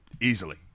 easily